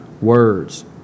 words